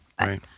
Right